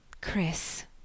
Chris